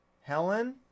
Helen